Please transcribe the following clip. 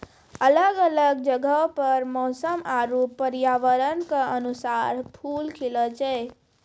अलग अलग जगहो पर मौसम आरु पर्यावरण क अनुसार फूल खिलए छै